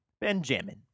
Benjamin